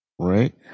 Right